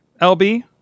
LB